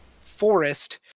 forest